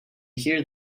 here